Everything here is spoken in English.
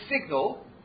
signal